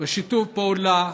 ושיתוף פעולה,